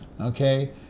okay